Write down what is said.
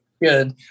Good